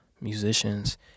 musicians